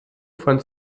von